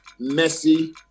Messi